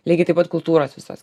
lygiai taip pat kultūros visos